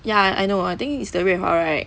ya I know I think is the 裕華 right